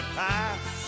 pass